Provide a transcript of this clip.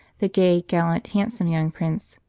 the gay, gallant, handsome young prince.